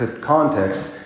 context